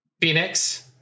Phoenix